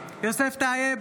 טייב,